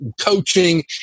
coaching